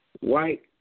White